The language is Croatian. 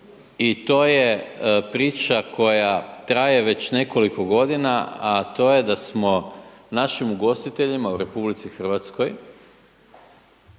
i to je priča koja traje već nekoliko godina, a to je da smo našim ugostiteljima u Republici Hrvatskoj